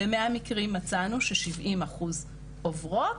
במאה מקרים מצאנו ש-70 אחוז עוברות